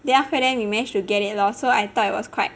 then after that we mananged to get it lor so I thought it was quite